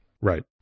Right